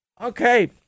Okay